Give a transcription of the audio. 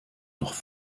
noch